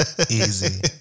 Easy